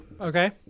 Okay